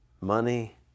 money